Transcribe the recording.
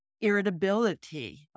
irritability